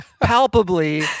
palpably